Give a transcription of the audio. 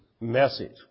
message